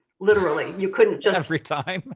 literally. you couldn't just every time?